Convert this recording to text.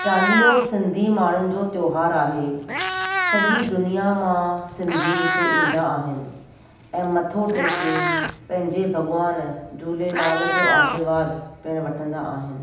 चालीहो सिंधी माण्हुनि जो त्योहार आहे सॼी दुनिया मां सिंधी हिते ईंदा आहिनि ऐं मथो टेके पंहिंजे भॻवान झूलेलाल जो आशीर्वाद पिणु वठंदा आहिनि